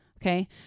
okay